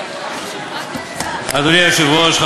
אדוני היושב-ראש,